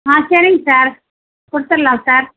ஆ சரிங்க சார் கொடுத்தட்லா சார்